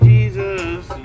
Jesus